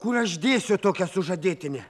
kur aš dėsiu tokią sužadėtinę